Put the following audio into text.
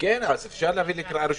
צריך לעבור קריאה ראשונה.